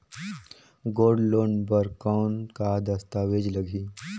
Gold loan बर कौन का दस्तावेज लगही?